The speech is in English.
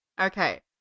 Okay